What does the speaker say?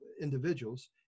individuals